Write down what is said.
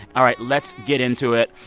all right. let's get into it.